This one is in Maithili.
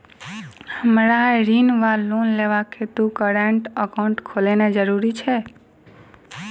हमरा ऋण वा लोन लेबाक हेतु करेन्ट एकाउंट खोलेनैय जरूरी छै?